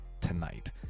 tonight